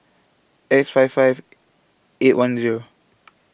X five five eight one Zero